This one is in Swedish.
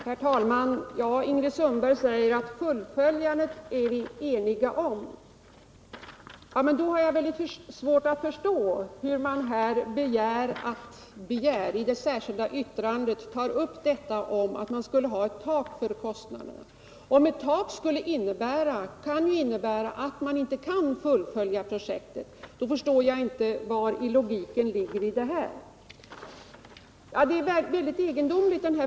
Herr talman! Ingrid Sundberg säger att fullföljandet är vi eniga om. Men då har jag väldigt svårt att förstå hur man i det särskilda yttrandet kan begära att det skall vara ett tak för kostnaderna. Ett tak kan ju innebära att man inte kan fullfölja projektet. Var ligger då logiken i det här resonemanget?